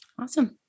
awesome